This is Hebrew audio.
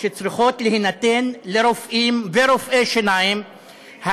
שצריכות להינתן לרופאים ורופאי שיניים.